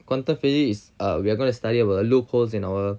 quantum physics is uh we're going to study about the loopholes in our